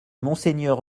monseigneur